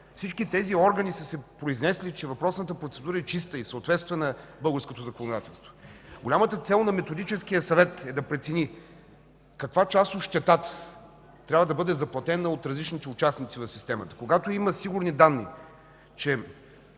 всички тези органи са се произнесли, че въпросната процедура е чиста и съответства на българското законодателство. Голямата цел на Методическия съвет е да прецени каква част от щетата трябва да бъде заплатена от различните участници в системата. Когато има сигурни данни, че